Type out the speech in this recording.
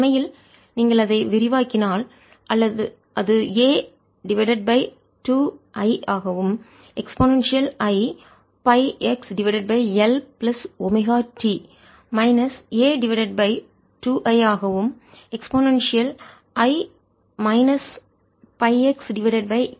உண்மையில் நீங்கள் அதை விரிவாக்கினால் அது A டிவைடட் பை 2i ஆகவும் ei πxLωt minus A divided by 2i ஆகவும் ei πxLωt ஆக இருக்கும்